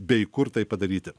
bei kur tai padaryti